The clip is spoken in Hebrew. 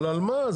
אבל על מה?